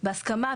בהסכמה,